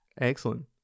excellent